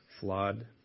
Flawed